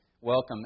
welcome